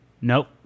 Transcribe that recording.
nope